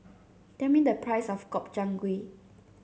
tell me the price of Gobchang Gui